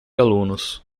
alunos